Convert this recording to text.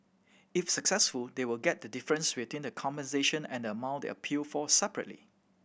if successful they will get the difference between the compensation and the amount they appeal for separately